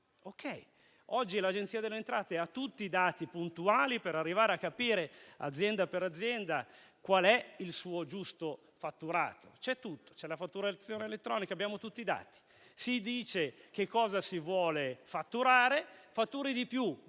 Oggi l'Agenzia delle entrate ha tutti i dati puntuali per arrivare a capire, azienda per azienda, qual è il giusto fatturato. C'è tutto: c'è la fatturazione elettronica ed abbiamo tutti i dati. Si dice che cosa si vuole fatturare. Fatturi di più?